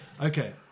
okay